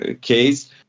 case